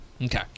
Okay